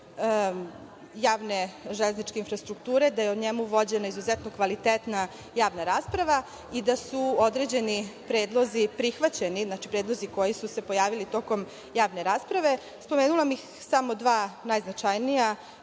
programu javne železničke infrastrukture, da je o njemu vođena izuzetno kvalitetna javna rasprava i da su određeni predlozi prihvaćeni, znači, predlozi koji su se pojavili tokom javne rasprave. Spomenula bih samo dva najznačajnija.